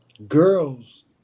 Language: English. Girls